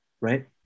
right